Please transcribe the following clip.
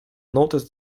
notice